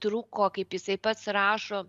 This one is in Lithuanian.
truko kaip jisai pats rašo